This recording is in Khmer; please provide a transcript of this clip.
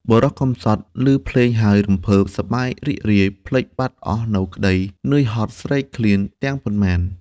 បុរសកំសត់លឺភ្លេងហើយ រំភើប សប្បាយរីករាយ ភ្លេចបាត់អស់នូវក្តីនឿយហត់ស្រេក ឃ្លានទាំងប៉ុន្មាន ។